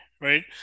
right